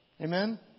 Amen